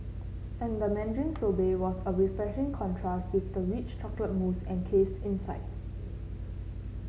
and the mandarin sorbet was a refreshing contrast with the rich chocolate mousse encased inside